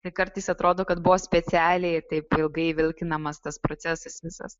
tai kartais atrodo kad buvo specialiai taip ilgai vilkinamas tas procesas visas